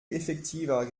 effektiver